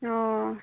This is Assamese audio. অঁ